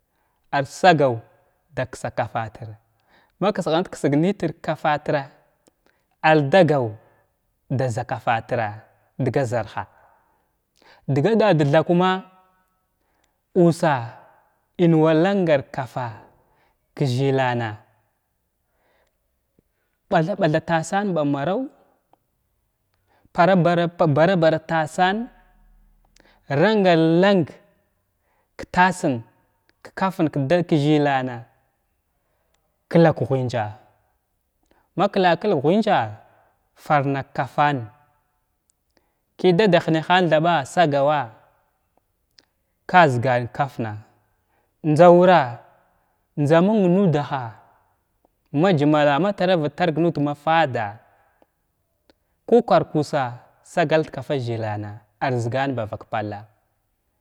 Ar sagaw da ksa kafatir ma ksghant ksəg ksəg nətir ka kafatira ardagar da za kafa tira dəga zarha dəga dad tha kuma uusa in wa kangar kafa’a ka zəlana mɓatha mɓatha tasan ba maraw para ɓ’arana ɓaraɓaran tasan rangara lang ka tasən ka kafən dat ta zəlana klaka ghunja ma klakəlg kaghunja mar na kafan ki dada hənahan thaɓa sagava ka zəgan kafna njza wura njza məng nudaha ma gyəmala malravət tary nud mafada’a kukarar kusa sagal da kafa zəlana ar zəgan ba vak palla.